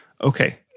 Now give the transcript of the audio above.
Okay